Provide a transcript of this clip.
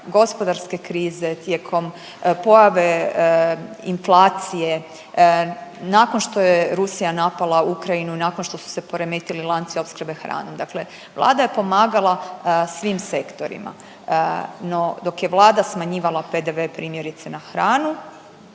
gospodarske krize, tijekom pojave inflacije, nakon što je Rusija napala Ukrajinu i nakon što se poremetili lanci opskrbe hranom. Dakle, Vlada je pomagala svim sektorima no dok je Vlada smanjivala PDV primjerice na hranu